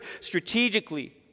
strategically